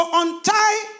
untie